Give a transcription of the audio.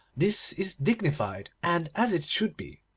this is dignified, and as it should be.